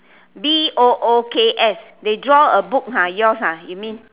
B O O K S they draw a book ah yours ah you mean